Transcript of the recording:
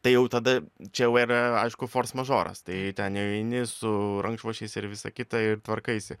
tai jau tada čia jau yra aišku fors mažoras tai ten eini su rankšluosčiais ir visa kita ir tvarkaisi